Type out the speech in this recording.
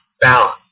balance